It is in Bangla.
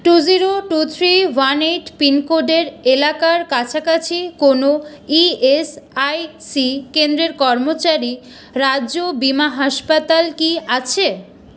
two zero two three one eight পিনকোডের এলাকার কাছাকাছি কোনও ই এস আই সি কেন্দ্রের কর্মচারী রাজ্য বীমা হাসপাতাল কি আছে